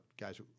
guys